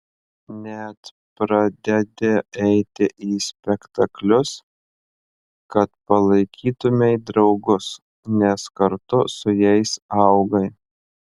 net pradedi eiti į spektaklius kad palaikytumei draugus nes kartu su jais augai